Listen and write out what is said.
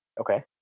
Okay